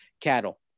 Cattle